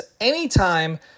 anytime